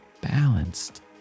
balanced